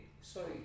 sorry